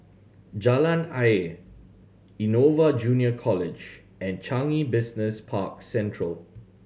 Jalan Ayer Innova Junior College and Changi Business Park Central